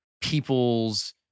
people's